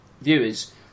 viewers